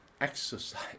Exercise